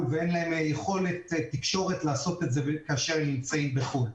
ואין להם יכולת תקשורתית לעשות את זה כאשר הם נמצאים בחו"ל.